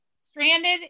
Stranded